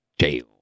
jail